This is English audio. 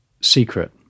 secret